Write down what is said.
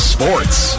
Sports